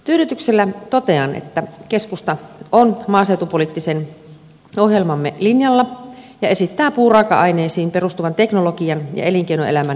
tyydytyksellä totean että keskusta on maaseutupoliittisen ohjelmamme linjalla ja esittää puuraaka aineisiin perustuvan teknologian ja elinkeinoelämän edistämistä